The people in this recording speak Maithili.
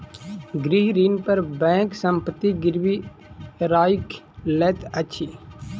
गृह ऋण पर बैंक संपत्ति गिरवी राइख लैत अछि